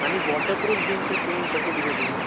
आनी वॉटरप्रुफ बी पेंट ते कशे कितें तर